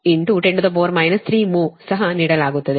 442 10 3 mho ಸಹ ನೀಡಲಾಗುತ್ತದೆ